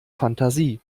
fantasie